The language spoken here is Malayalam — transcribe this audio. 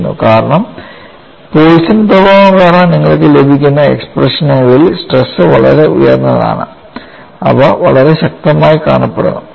കാരണം പോയിസൺ പ്രഭാവം കാരണം നിങ്ങൾക്ക് ലഭിക്കുന്ന എക്സ്പ്രഷനുകളിൽ സ്ട്രെസ് വളരെ ഉയർന്നതാണ് അവ വളരെ ശക്തമായി കാണപ്പെടുന്നു ശരി